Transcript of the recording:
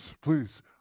please